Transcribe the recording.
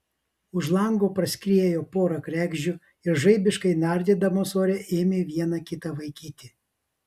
už lango praskriejo pora kregždžių ir žaibiškai nardydamos ore ėmė viena kitą vaikyti